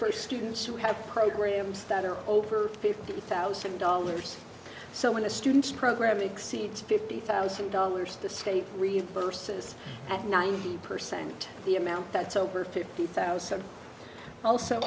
pretty students who have programs that are over fifty thousand dollars so when a student program exceeds fifty thousand dollars the state reverses at nine percent the amount that's over fifty thousand also